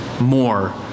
more